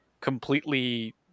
completely